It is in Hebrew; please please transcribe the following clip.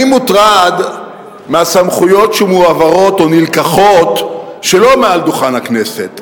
אני מוטרד מהסמכויות שמועברות או נלקחות שלא מעל דוכן הכנסת.